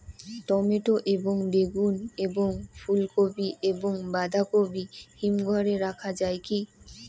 Tomato এবং বেগুন এবং ফুলকপি এবং বাঁধাকপি হিমঘরে রাখা যায় কি?